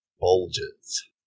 bulges